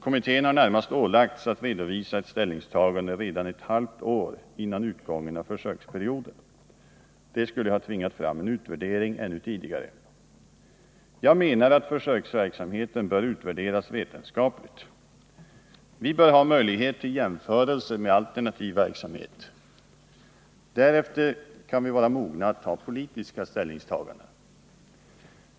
Kommittén har närmast ålagts att redovisa ett ställningstagande redan ett halvt år före utgången av försöksperioden. Det skulle ha tvingat fram en utvärdering ännu tidigare. Jag menar att försöksverksamheten bör utvärderas vetenskapligt. Vi bör ha möjlighet till jämförelse med alternativ verksamhet. Därefter kan vi vara mogna att göra politiska ställningstaganden.